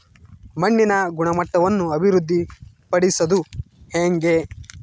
ಮಣ್ಣಿನ ಗುಣಮಟ್ಟವನ್ನು ಅಭಿವೃದ್ಧಿ ಪಡಿಸದು ಹೆಂಗೆ?